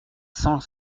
cent